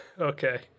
Okay